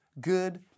good